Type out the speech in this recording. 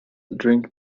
drink